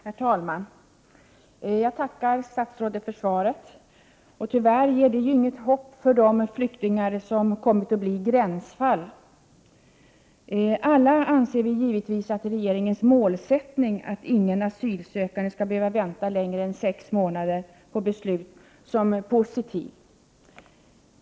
Herr talman! Jag tackar statsrådet för svaret. Tyvärr ger det inget hopp för de flyktingar som kommit att bli gränsfall. Alla ser vi givetvis regeringens målsättning, att ingen asylsökande skall behöva vänta längre tid än sex månader på beslut, som positiv.